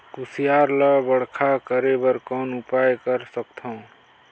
कुसियार ल बड़खा करे बर कौन उपाय कर सकथव?